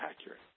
accurate